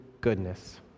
goodness